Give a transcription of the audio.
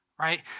Right